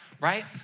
right